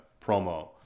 promo